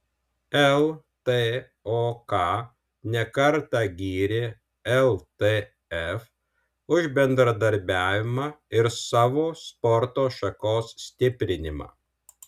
ltok ne kartą gyrė ltf už bendradarbiavimą ir savo sporto šakos stiprinimą